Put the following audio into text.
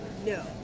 No